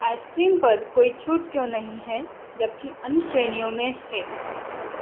ice cream पर कोई छूट क्यों नहीं हैं जब का अन्य श्रेणियों में है